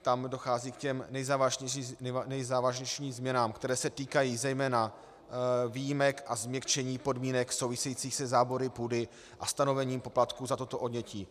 Tam dochází k těm nejzávažnějším změnám, které se týkají zejména výjimek a změkčení podmínek souvisejících se zábory půdy a stanovením poplatků za toto odnětí.